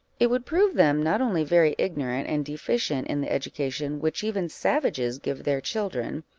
it would prove them not only very ignorant, and deficient in the education which even savages give their children,